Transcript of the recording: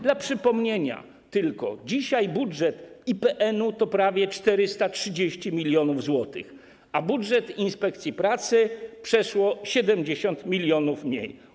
Dla przypomnienia tylko: dzisiaj budżet IPN to prawie 430 mln zł, a budżet inspekcji pracy to przeszło 70 mln mniej.